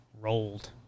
rolled